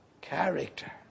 character